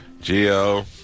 Geo